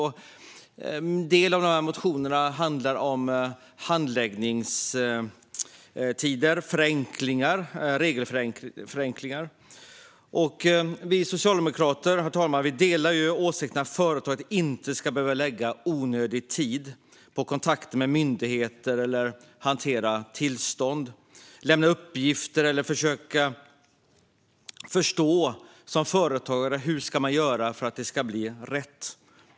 En del av motionerna handlar om handläggningstider och regelförenklingar. Vi socialdemokrater, herr talman, delar åsikten att företag inte ska behöva lägga onödig tid på kontakter med myndigheter, hantera tillstånd, lämna uppgifter eller som företagare försöka förstå hur man ska göra för att det ska bli rätt.